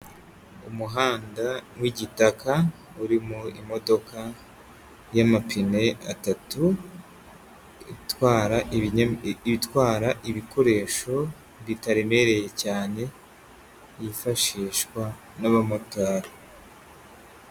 Umuhanda w'igitaka urimo imodoka y'amapine atatu itwara itwara ibikoresho bitaremereye cyane yifashishwa n'abamotari.